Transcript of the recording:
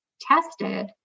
tested